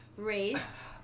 race